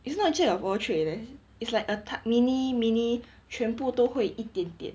it's not jack of all trades leh it's like a mini mini 全部都会一点点